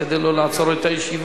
כדי לא לעצור את הישיבה,